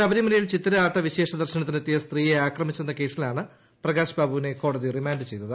ശബരിമലയിൽ ചിത്തിര ആട്ട വിശേഷദർശനത്തിന് എത്തിയ സ്ത്രീയെ ആക്രമിച്ചെന്ന കേസിലാണ് പ്രകാശ്ബാബുവിനെ കോടതി റിമാന്റ് ചെയ്തത്